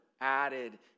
added